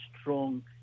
strong